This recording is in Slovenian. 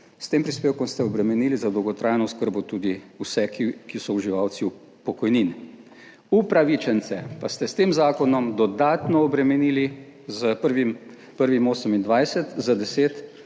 S tem prispevkom ste obremenili za dolgotrajno oskrbo tudi vse, ki so uživalci pokojnin. Upravičence pa ste s tem zakonom dodatno obremenili s 1. 1. 2028 z